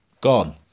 Gone